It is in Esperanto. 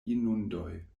inundoj